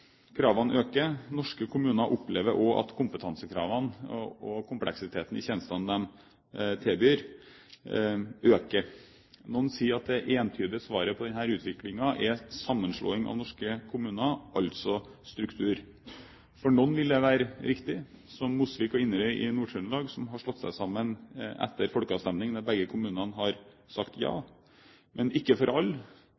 Kravene øker. Norske kommuner opplever også at kompetansekravene og kompleksiteten i tjenestene de tilbyr, øker. Noen sier at det entydige svaret på denne utviklingen er sammenslåing av norske kommuner, altså struktur. For noen vil det være riktig – som for Mosvik og Inderøy i Nord-Trøndelag, som har slått seg sammen etter en folkeavstemning der begge kommunene sa ja